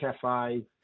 cafe